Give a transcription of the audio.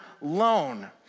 loan